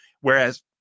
Whereas